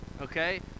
okay